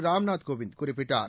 ராம்நாத் கோவிந்த் குறிப்பிட்டார்